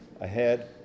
ahead